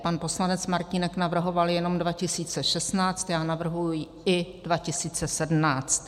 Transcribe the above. Pan poslanec Martínek navrhoval jenom 2016, já navrhuji i 2017.